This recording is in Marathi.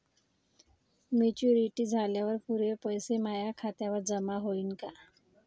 मॅच्युरिटी झाल्यावर पुरे पैसे माया खात्यावर जमा होईन का?